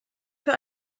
für